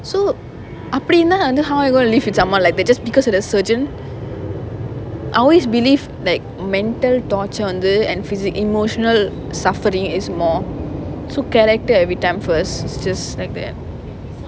so அப்படின்னா வந்து:appadinnaa vanthu how are you gonna live with someone like they just because they are a surgeon I always believe like mental torture வந்து:vanthu and physic~ emotional suffering is more so character every time first it's just like that